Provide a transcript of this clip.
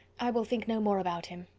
i will think no more about him.